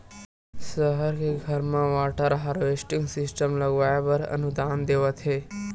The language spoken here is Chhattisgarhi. सहर के घर म वाटर हारवेस्टिंग सिस्टम लगवाए बर अनुदान देवत हे